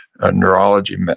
neurology